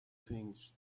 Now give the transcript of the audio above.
things